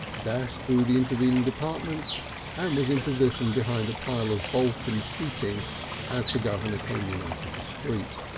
dashed through the intervening departments and was in position behind a pile of bolton sheeting as the governor came in out of the street.